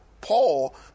Paul